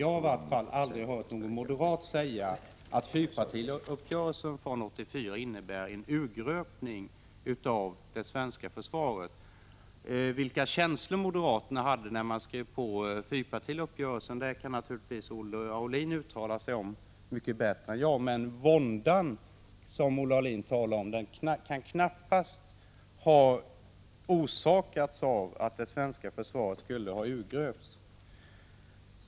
Jag har heller aldrig tidigare hört någon moderat säga att fyrpartiuppgörelsen från 1984 innebär en urgröpning av det svenska försvaret. Vilka känslor moderaterna hade när de skrev under fyrpartiuppgörelsen kan naturligtvis Olle Aulin uttala sig om mycket bättre än jag, men våndan som Olle Aulin talar om kan knappast ha orsakats av att det svenska försvaret skulle ha urgröpts.